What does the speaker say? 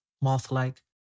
moth-like